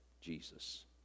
Jesus